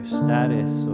status